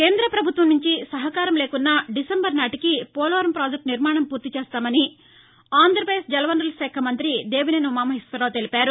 కేంద్రప్రభుత్వం నుంచి సహకారం లేకున్నా డిసెంబరు నాటికి పోలవరం పాజెక్టు నిర్మాణం ఫూర్తిచేస్తామని ఆంధ్రాప్రదేశ్ జలవనరుల శాఖ మంత్రి దేవినేని ఉమామహేశ్వరరావు తెలిపారు